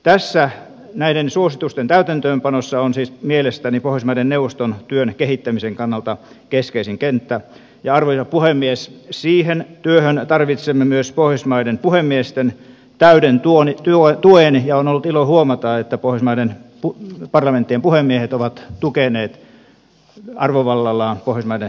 tässä näiden suositusten täytäntöönpanossa on mielestäni pohjoismaiden neuvoston työn kehittämisen kannalta keskeisin kenttä ja arvoisa puhemies siihen työhön tarvitsemme myös pohjoismaiden puhemiesten täyden tuen ja on ollut ilo huomata että pohjoismaiden parlamenttien puhemiehet ovat tukeneet arvovallallaan pohjoismaiden neuvoston työtä